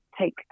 take